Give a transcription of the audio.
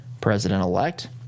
President-Elect